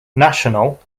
national